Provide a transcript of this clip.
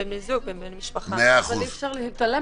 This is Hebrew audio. אבל אי אפשר להתעלם